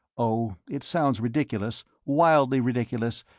oh! it sounds ridiculous, wildly ridiculous,